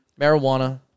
marijuana